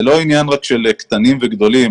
זה לא עניין רק של קטנים וגדולים.